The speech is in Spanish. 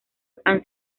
han